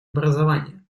образование